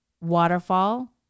waterfall